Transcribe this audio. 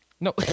No